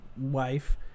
wife